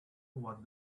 what